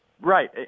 Right